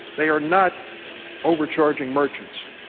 they are not overcharging merchants.